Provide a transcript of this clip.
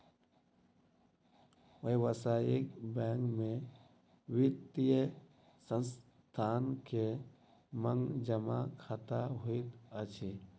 व्यावसायिक बैंक में वित्तीय संस्थान के मांग जमा खता होइत अछि